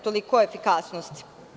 Toliko o efikasnosti.